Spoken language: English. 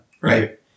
Right